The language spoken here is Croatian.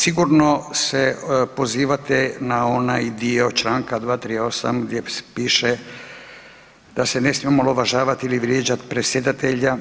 Sigurno se pozivate na onaj dio članka 238. gdje piše da se smije omalovažavati i vrijeđati predsjedatelja.